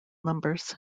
numbers